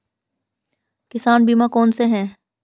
किसान बीमा कौनसे हैं?